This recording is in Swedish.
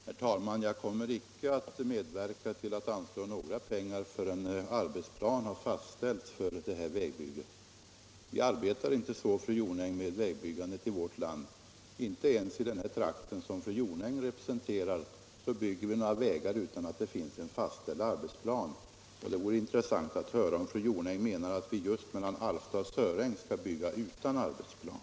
Herr talman! Jag kommer inte att medverka till att anslå några pengar förrän arbetsplan har fastställts för detta vägbygge. Vi arbetar inte så med vägbyggandet i vårt land, fru Jonäng. Inte ens i den trakt som fru Jonäng representerar bygger vi vägar utan att det finns en fastställd arbetsplan. Det vore intressant att få höra om fru Jonäng menar att vi just mellan Alfta och Söräng skall bygga utan någon arbetsplan.